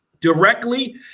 directly